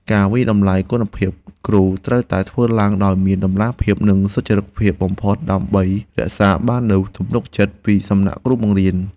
ការវាយតម្លៃគុណភាពគ្រូត្រូវតែធ្វើឡើងដោយមានតម្លាភាពនិងសុចរិតភាពបំផុតដើម្បីរក្សាបាននូវទំនុកចិត្តពីសំណាក់គ្រូបង្រៀន។